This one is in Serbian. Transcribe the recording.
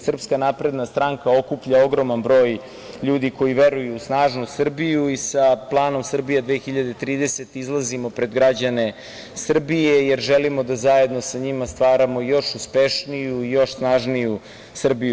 Srpska napredna stranka okuplja ogroman broj ljudi koji veruju u snažnu Srbiju i sa planom „Srbije 2030“ izlazimo pred građane Srbije, jer želimo da zajedno sa njima stvaramo još uspešniju i još snažniju Srbiju.